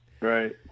right